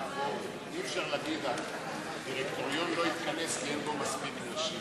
אי-אפשר להגיד שהדירקטוריון לא יתכנס כי אין בו מספיק נשים.